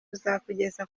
buzakugeza